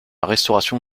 restauration